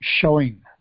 showing